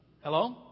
Hello